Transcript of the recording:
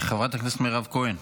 חברת הכנסת מירב כהן,